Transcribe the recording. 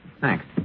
thanks